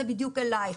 זה בדיוק אליך,